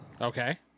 Okay